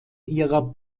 ihrer